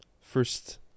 first